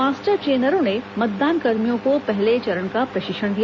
master ट्रेनरों ने मतदान कर्मियों को पहले चरण का प्रशिक्षण दिया